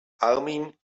armin